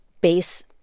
base